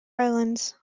islands